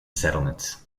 settlements